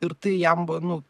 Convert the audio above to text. ir tai jam buvo nu